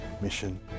mission